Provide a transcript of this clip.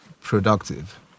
productive